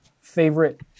favorite